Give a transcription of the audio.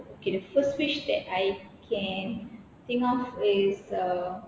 okay the first wish that I can think of is uh